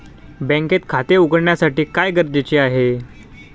बँकेत खाते उघडण्यासाठी काय गरजेचे आहे?